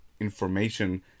information